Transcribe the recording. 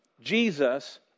Jesus